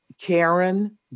Karen